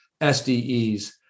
SDEs